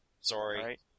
Sorry